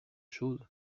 chose